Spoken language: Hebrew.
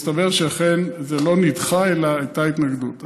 מסתבר שזה לא נדחה אלא הייתה התנגדות.